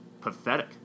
pathetic